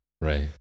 right